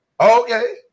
Okay